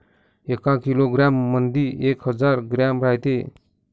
एका किलोग्रॅम मंधी एक हजार ग्रॅम रायते